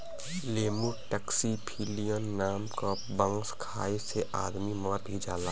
lemur taxiphyllin नाम क बांस खाये से आदमी मर भी जाला